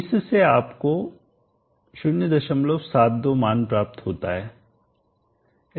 इससे आपको 072 मान प्राप्त होगा